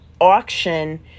auction